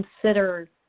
consider